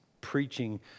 preaching